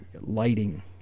lighting